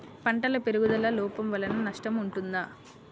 పంటల పెరుగుదల లోపం వలన నష్టము ఉంటుందా?